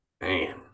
Man